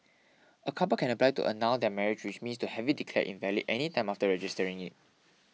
a couple can apply to annul their marriage which means to have it declared invalid any time after registering it